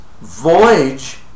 voyage